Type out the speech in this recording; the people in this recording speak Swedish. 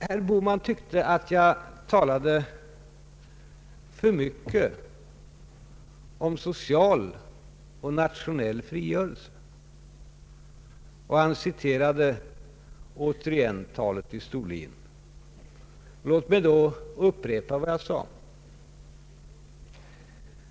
Herr Bohman tyckte att jag talade för mycket om social och nationell frigörelse, och han citerade återigen mitt tal i Storlien. Låt mig upprepa vad jag sade i Storlien.